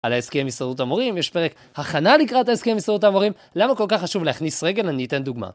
על ההסכם עם הסתדרות המורים, יש פרק, ההכנה לקראת ההסכם עם הסתדרות המורים? למה כל כך חשוב להכניס רגל? אני אתן דוגמה.